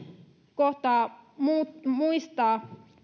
kohtaa muistaa